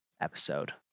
episode